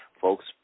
folks